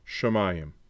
Shemayim